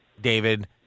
David